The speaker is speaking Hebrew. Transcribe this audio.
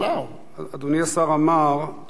אדוני השר אמר, תודה, אדוני היושב-ראש,